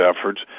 efforts